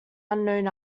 unknown